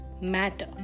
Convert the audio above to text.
matter